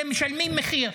שמשלמים מחיר,